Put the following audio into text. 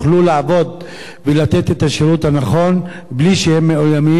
לעבוד ולתת את השירות הנכון בלי שהם מאוימים.